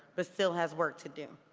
but still has work to do.